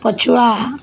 ପଛୁଆ